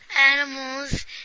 animals